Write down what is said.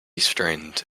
strained